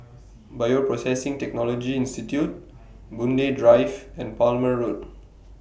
Bioprocessing Technology Institute Boon Lay Drive and Palmer Road